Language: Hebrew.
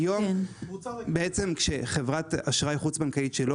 היום כשחברת אשראי חוץ בנקאית שהיא לא